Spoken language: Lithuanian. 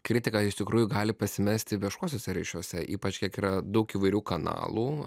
kritika iš tikrųjų gali pasimesti viešuosiuose ryšiuose ypač kiek yra daug įvairių kanalų